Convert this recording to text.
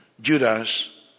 Judas